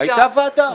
הייתה ועדה.